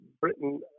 britain